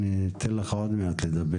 שידבר בהמשך.